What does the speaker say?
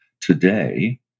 today